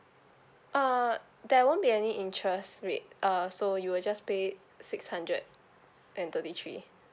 uh there won't be any interest rate uh so you'll just pay six hundred and thirty three